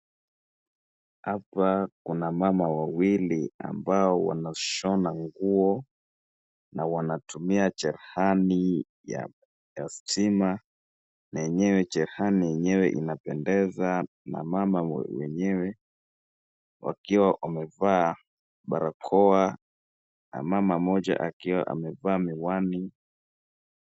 Hapa kuna mama wawili ambao wanashona nguo na wanatumia cherehani ya stima na enyewe cherehani enyewe inapendeza na mama wenyewe wakiwa wamevaa barakoa na mama mmoja akiwa amevaa miwani.